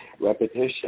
repetition